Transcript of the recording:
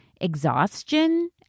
exhaustion